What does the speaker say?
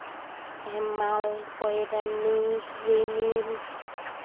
ᱦᱮᱢᱟᱞ ᱯᱚᱭᱨᱟᱱᱤ ᱨᱤᱢᱤᱞ